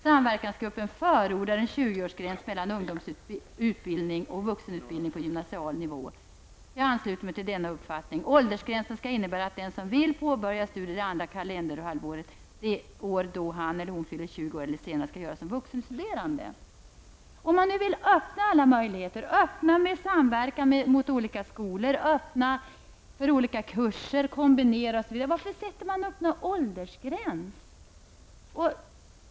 Samverkansgruppen förordar en 20-årsgräns mellan ungdomsutbildning och vuxenutbildning på gymnasial nivå. Jag ansluter mig till denna uppfattning. Åldersgränsen skall innebära att den som vill påbörja studier det andra kalenderhalvåret det år då han eller hon fyller 20 år eller senare skall göra det som vuxenstuderande.'' Om man nu vill öppna alla möjligheter, t.ex. möjligheten till samverkan med olika skolor och möjligheten att kombinera olika kurser, varför sätter man då upp en åldersgräns?